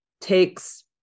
takes